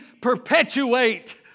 perpetuate